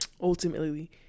ultimately